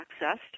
accessed